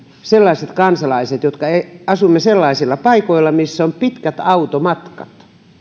sellaiset kansalaiset jotka asumme sellaisilla paikoilla missä on pitkät automatkat